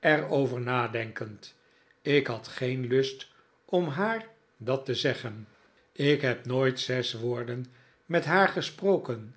er over nadenkend ik had geen lust om haar dat te zeggen ik heb nooit zes woorden met haar gesproken